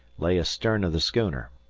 lay astern of the schooner.